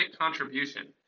contribution